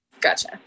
gotcha